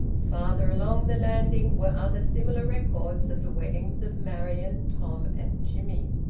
farther along the landing were other similar records of the weddings of marion, tom, and jimmie.